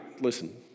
listen